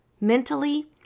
mentally